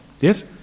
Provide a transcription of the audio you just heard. yes